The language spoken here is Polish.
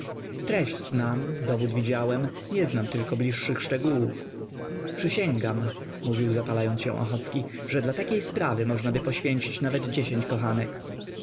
treść znam dowód widziałem nie znam tylko bliższych szczegółów przysięgam mówił zapalając się ochocki że dla takiej sprawy możnaby poświęcić nawet dziesięć kochanek